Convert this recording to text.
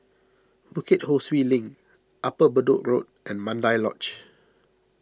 Bukit Ho Swee Link Upper Bedok Road and Mandai Lodge